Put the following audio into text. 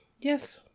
yes